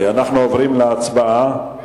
אנחנו עוברים להצבעה.